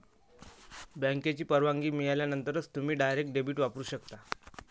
बँकेची परवानगी मिळाल्यानंतरच तुम्ही डायरेक्ट डेबिट वापरू शकता